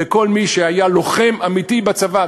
לכל מי שהיה לוחם אמיתי בצבא,